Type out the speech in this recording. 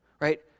right